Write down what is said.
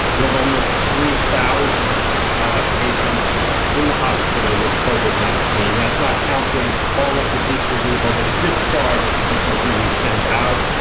we have almost three thousand patients in the hospital with covid nineteen. nineteen. that's not counting all of the people we've already discharged, the people who we've send out.